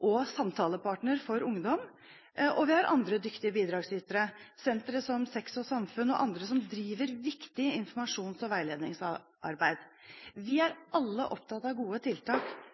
og samtalepartner for ungdom, og vi har andre dyktige bidragsytere i sentre som Sex og samfunn og andre som driver viktig informasjons- og veiledningsarbeid. Vi er alle opptatt av gode tiltak